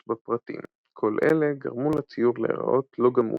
בפרטים; כל אלה גרמו לציור להראות לא גמור,